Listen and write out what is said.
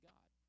God